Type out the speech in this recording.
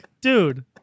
dude